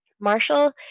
Marshall